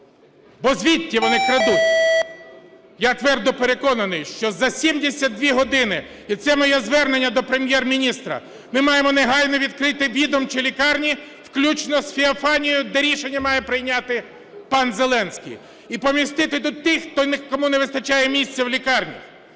бо звідти вони крадуть. Я твердо переконаний, що за 72 години, і це моє звернення до Прем'єр-міністра, ми маємо негайно відкрити відомчі лікарні, включно з Феофанією, де рішення має прийняти пан Зеленський. І помістити тих, кому не вистачає місця в лікарнях.